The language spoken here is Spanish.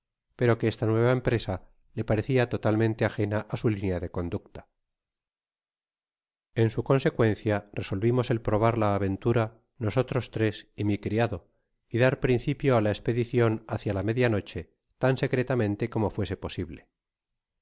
pero que esta nueva empresa fe parecia totalmente agena á su linea de conducta en su consecuencia resolvimos el probar la aventura nosotros tres y mi criado y dar principio á la espeáicioh hácia la media noche tan secretamente como fuese posible